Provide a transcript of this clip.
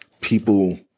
people